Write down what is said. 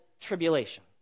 tribulation